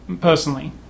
personally